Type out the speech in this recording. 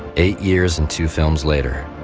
eight years and two films later,